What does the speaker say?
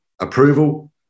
approval